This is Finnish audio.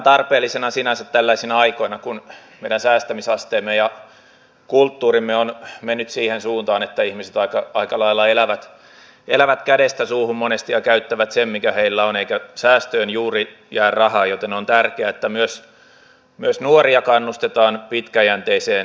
sinänsä tällaisina aikoina kun meidän säästämisasteemme ja kulttuurimme on mennyt siihen suuntaan että ihmiset aika lailla elävät kädestä suuhun monesti ja käyttävät sen mikä heillä on eikä säästöön juuri jää rahaa on tärkeää että myös nuoria kannustetaan pitkäjänteiseen säästämiseen